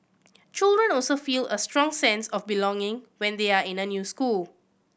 children also feel a strong sense of belonging when they are in the new school